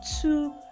two